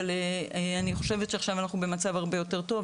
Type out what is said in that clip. אבל אני חושבת שעכשיו אנחנו במצב הרבה יותר טוב,